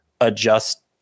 adjust